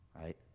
right